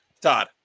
Todd